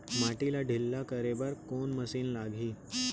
माटी ला ढिल्ला करे बर कोन मशीन लागही?